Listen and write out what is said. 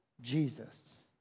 Jesus